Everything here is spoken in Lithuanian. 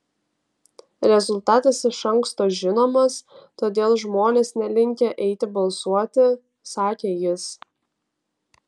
rezultatas iš anksto žinomas todėl žmonės nelinkę eiti balsuoti sakė jis